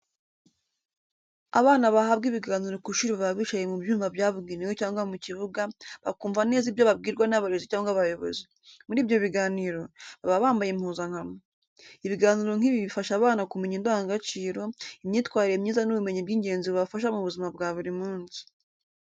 Abana bahabwa ibiganiro ku ishuri baba bicaye mu byumba byabugenewe cyangwa mu kibuga, bakumva neza ibyo babwirwa n'abarezi cyangwa abayobozi. Muri ibyo biganiro, baba bambaye impuzankano. Ibiganiro nk'ibi bifasha abana kumenya indangagaciro, imyitwarire myiza n'ubumenyi bw'ingenzi bubafasha mu buzima bwa buri munsi.